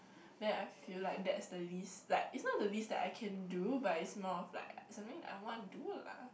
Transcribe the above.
then I feel like that's the least like it's not the least I can do but it's more of like something that I want to do lah